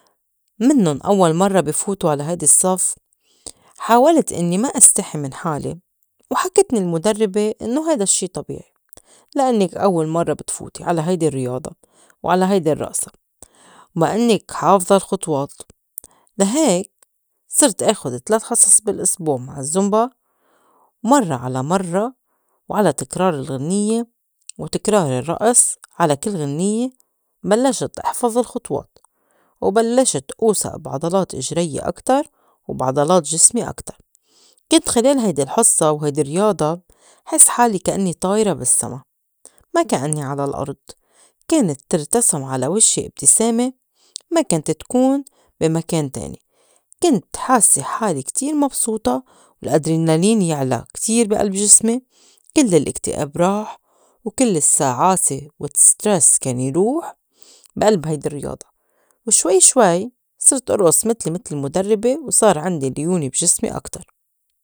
منُّن أوّل مرّة بي فوتو على هيدي الصّف، حاولت إنّي ما- إستحي من حالي وحكتني المُدرّبة إنّو هيدا الشّي طبيعي لإنّك أوّل مرّة بتفوتي على هيدي الرّياضة وعلى هيدي الرّئصة ومَا إنّك حافظة الخطوات. لا هيك صرت آخد تلت حِصص بالأسبوع مع الزّومبا ومرّا على مرّا وعلى تكرار الغنيّة وتكرار الرّئص على كل غنيّة بلّشت إحفظ الخطوات وبلّشت إوسئ بعضلات إجريّة أكتر وبعضلات جسمي أكتر. كنت خِلال هيدي الحصّة وهيدي الرياضة حس حالي كإنّي طايرة بالسّما ما كإنّي على الأرض، كانت ترتسم على وجهي إبتسامة ما كانت تكون بي مكان تاني، كنت حاسّة حالي كتير مبسوطة، الأدرينالين يعلى كتير بي ألب جسمي، كل الإكتئاب راح، وكل الساعات وال stress كان يروح بألب هيدي الرّياضة. وشوي شوي صرت إرئص متلي متل المُدرِبة وصار عندي ليونة بجسمي أكتر.